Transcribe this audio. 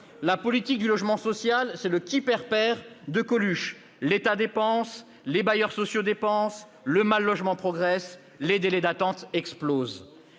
La politique du logement social, c'est le « qui perd perd !» de Coluche : l'État dépense ; les bailleurs sociaux dépensent ; le mal-logement progresse ; les délais d'attente explosent.